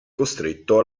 costretto